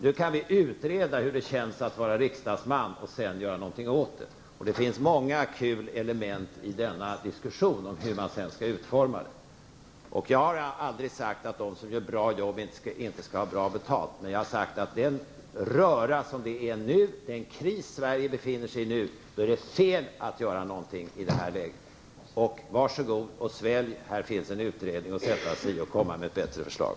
Nu kan vi utreda hur det känns att vara riksdagsman och sedan göra någonting åt det. Det finns många roliga element i denna diskussion om hur man sedan skall utforma saken praktiskt. Jag har aldrig sagt att de som gör ett bra jobb inte skall få bra betalt, men jag har sagt att i den röra som är nu och den kris Sverige är i nu är det fel att göra någonting åt lönerna. Varsågod och svälj! Tillsätt en utredning som kan komma med ett bättre förslag!